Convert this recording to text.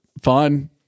fun